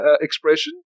expression